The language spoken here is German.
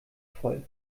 voll